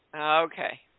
Okay